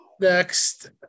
next